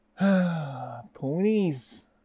ponies